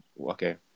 Okay